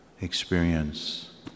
experience